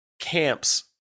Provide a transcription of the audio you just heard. camps